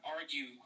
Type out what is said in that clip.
argue